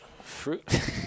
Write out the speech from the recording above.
Fruit